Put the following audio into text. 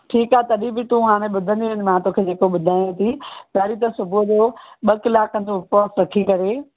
ठीकु आहे तॾहिं बि तूं हाणे ॿुधंदी वञ मां तोखे जे को ॿुधायां थी पहिरीं त सुबुह जो ॿ कलाकनि जो उपवास रखी करे